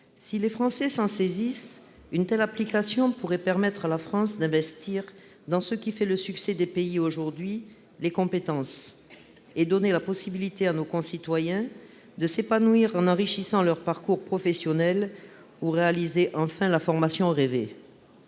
Si les Français s'en saisissent, une telle application pourrait permettre à la France d'investir dans ce qui fait le succès des pays aujourd'hui : les compétences. De surcroît, nos concitoyens auront la possibilité de s'épanouir en enrichissant leur parcours professionnel ou de réaliser enfin la formation rêvée.